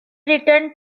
returned